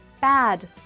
bad